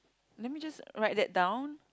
let me just write that down